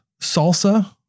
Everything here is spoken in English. salsa